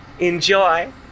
Enjoy